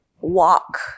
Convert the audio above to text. walk